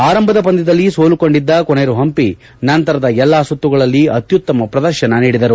ಆರಂಭದ ಪಂದ್ಕದಲ್ಲಿ ಸೋಲು ಕಂಡಿದ್ದ ಕೊನೆರು ಹಂಪಿ ನಂತರದ ಎಲ್ಲಾ ಸುತ್ತುಗಳಲ್ಲಿ ಅತ್ಯತ್ತುಮ ಪ್ರದರ್ಶನ ನೀಡಿದರು